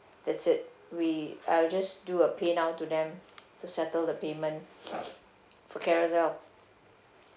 that's it we I'll just do a PayNow to them to settle the payment for Carousell